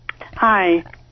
Hi